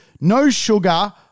no-sugar